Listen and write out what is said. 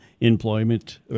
employment